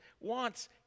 wants